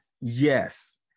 yes